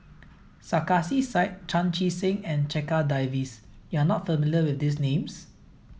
Sarkasi said Chan Chee Seng and Checha Davies you are not familiar with these names